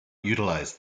utilize